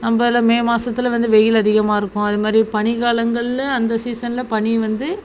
நம்ம இதில் மே மாசத்தில் வந்து வெயில் அதிகமாக இருக்கும் அதுமாதிரி பனி காலங்கள்லேயும் அந்த சீஸனில் பனி வந்து